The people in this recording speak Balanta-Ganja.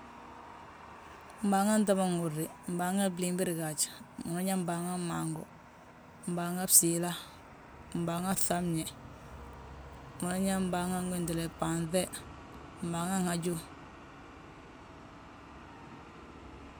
Mbaaŋa ta ma nhúrni: Mbaaŋa blimbire gaaj, unan yaa mbaaŋa bmaangu, mbaaŋa bsiila, mbaaŋ bŧabñe, unan yaa mbaaŋa bhaanŧe, mbaaŋa haju.